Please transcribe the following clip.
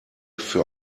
für